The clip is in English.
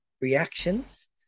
reactions